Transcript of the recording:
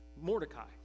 Mordecai